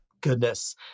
Goodness